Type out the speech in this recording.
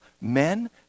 men